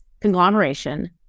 conglomeration